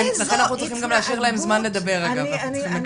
לכן אנחנו צריכים להשאיר להן זמן לדבר רגע ואנחנו צריכים לקצר.